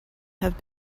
have